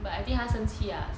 but I think 他生气 ah